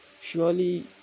surely